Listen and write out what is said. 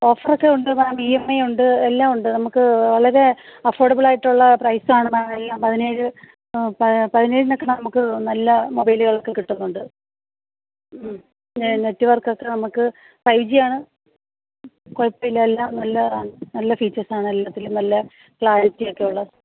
offer ഒക്കെ ഉണ്ട് ma'am E M I ഉണ്ട് എല്ലാം ഉണ്ട് നമുക്ക് വളരെ അഫോഡബിൾ ആയിട്ടുള്ള പ്രൈസ് ആണ് മാം എല്ലാം പതിനേഴ് പതിനേഴിനൊക്കെ നമുക്ക് നല്ല മൊബൈലുകളൊക്കെ കിട്ടുന്നുണ്ട് ഉം നെറ്റ്വർക്ക് ഒക്കെ നമുക്ക് ഫൈവ് ജീ യാണ് കുഴപ്പം ഇല്ല എല്ലാം നല്ലതാണ് നല്ല ഫീച്ചേസ് ആണ് എല്ലാത്തിലും നല്ല ക്ലാരിറ്റിയൊക്കെയുള്ള